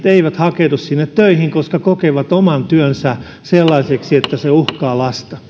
eivät hakeudu sinne töihin koska kokevat oman työnsä sellaiseksi että se uhkaa lasta